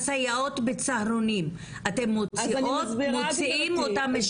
הסייעות בצהרונים אתן מוציאים אותן?